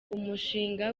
umushinga